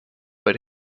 but